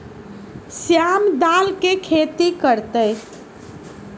श्याम दाल के खेती कर तय